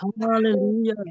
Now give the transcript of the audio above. Hallelujah